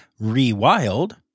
Rewild